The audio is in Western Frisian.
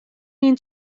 myn